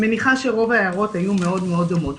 אני מניחה שרוב ההערות היו מאוד מאוד דומות.